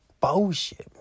Bullshit